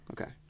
Okay